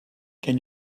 can